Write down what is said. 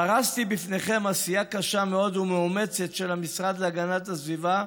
פרסתי לפניכם עשייה קשה מאוד ומאומצת של המשרד להגנת הסביבה,